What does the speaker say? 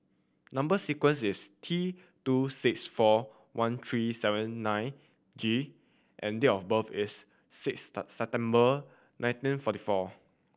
number sequence is T two six four one three seven nine G and date of birth is six September nineteen forty four